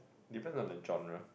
depends on the genre